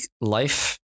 life